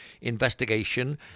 investigation